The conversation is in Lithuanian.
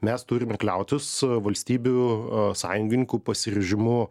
mes turime kliautis valstybių sąjungininkų pasiryžimu